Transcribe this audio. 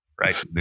right